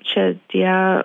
čia tie